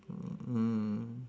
mm